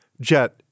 Jet